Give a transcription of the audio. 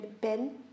Ben